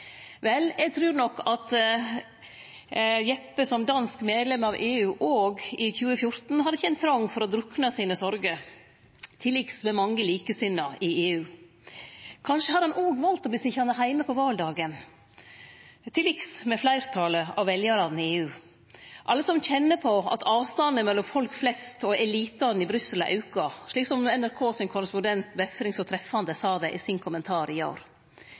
Vel, eg trur nok at Jeppe som dansk medlem av EU også i 2014 hadde kjent trong for å drukne sorgene sine, til liks med mange likesinna i EU. Kanskje hadde han også valt å verte sitjande heime på valdagen, til liks med fleirtalet av veljarane i EU – alle som kjenner på at avstanden mellom folk flest og elitane i Brussel har auka, slik som NRK sin korrespondent Befring så treffande sa det i sin kommentar i går.